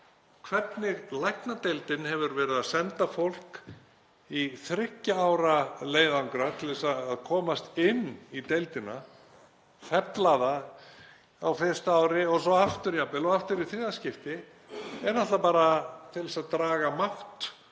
hvernig læknadeildin hefur verið að senda fólk í þriggja ára leiðangra til að komast inn í deildina, fella það á fyrsta ári og svo aftur jafnvel og aftur í þriðja skipti er náttúrlega bara til þess að draga úr